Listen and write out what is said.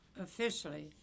officially